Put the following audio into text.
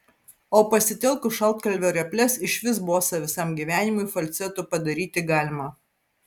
o pasitelkus šaltkalvio reples išvis bosą visam gyvenimui falcetu padaryti galima